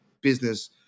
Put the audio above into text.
business